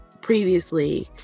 previously